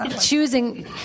choosing